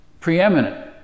preeminent